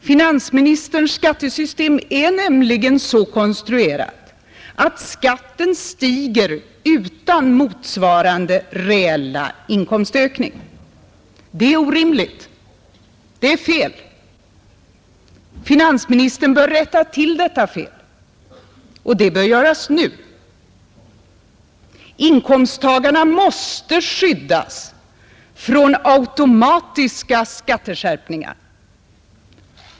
Finansministerns skattesystem är nämligen så konstruerat att skatten stiger utan motsvarande reella inkomstökningar. Det är orimligt. Det är fel. Finansministern bör rätta till detta fel, och det bör göras nu. Inkomsttagarna måste skyddas från automatiska skatteskärpningar.